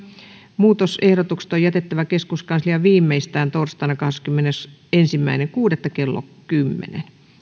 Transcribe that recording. muutosehdotukset on jätettävä keskuskansliaan viimeistään torstaina kahdeskymmenesensimmäinen kuudetta kaksituhattaseitsemäntoista kello kymmenen